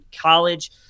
College